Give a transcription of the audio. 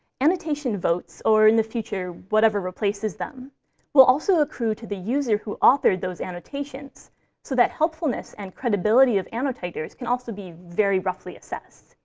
annotation votes or, in the future, whatever replaces them will also accrue to the user who authored those annotations so that helpfulness and credibility of annotators can also be very roughly assessed.